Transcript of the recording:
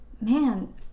Man